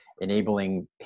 enabling